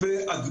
היום,